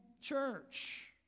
church